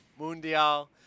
Mundial